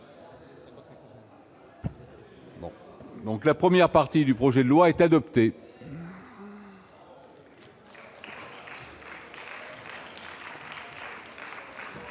Donc la première partie du projet de loi est adopté.